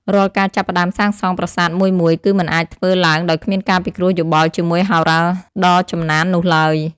រាល់ការចាប់ផ្តើមសាងសង់ប្រាសាទមួយៗគឺមិនអាចធ្វើឡើងដោយគ្មានការពិគ្រោះយោបល់ជាមួយហោរាដ៏ចំណាននោះឡើយ។